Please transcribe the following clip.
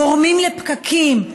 גורמים לפקקים,